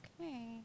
Okay